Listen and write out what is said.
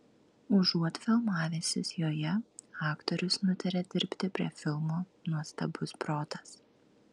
užuot filmavęsis joje aktorius nutarė dirbti prie filmo nuostabus protas